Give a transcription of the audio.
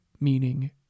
meaning